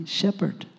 shepherd